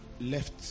left